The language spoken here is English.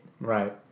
right